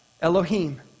Elohim